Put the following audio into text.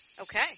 Okay